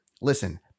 listen